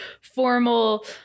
formal